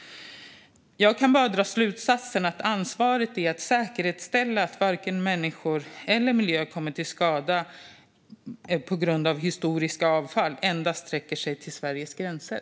Jag kan bara dra slutsatsen att ansvaret för att säkerställa att varken människor eller miljö kommer till skada på grund av historiskt avfall endast sträcker sig till Sveriges gränser.